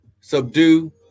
subdue